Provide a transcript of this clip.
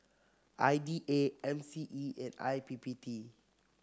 I D A M C E and I P P T